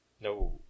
No